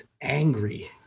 angry